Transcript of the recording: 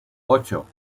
ocho